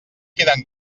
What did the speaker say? queden